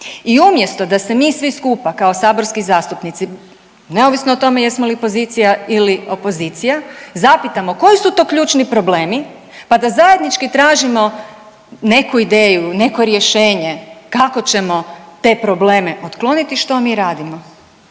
I umjesto da se mi svi skupa kao saborski zastupnici neovisno o tome jesmo li pozicija ili opozicija zapitamo koji su to ključni problemi, pa da zajednički tražimo neku ideju, neko rješenje kako ćemo te probleme otkloniti što mi radimo?